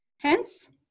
Hence